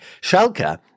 Schalke